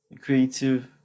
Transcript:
creative